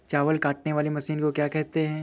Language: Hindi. चावल काटने वाली मशीन को क्या कहते हैं?